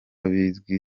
bizwi